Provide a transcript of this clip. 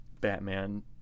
Batman